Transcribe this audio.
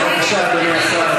בבקשה, אדוני השר.